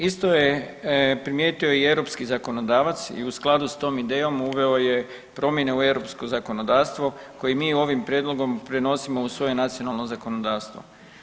Isto je primijetio i europski zakonodavac i u skladu s tom idejom uveo je promjene u europsko zakonodavstvo koje mi ovim prijedlogom prenosimo u svoje nacionalno zakonodavstvo.